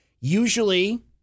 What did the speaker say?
usually